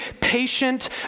patient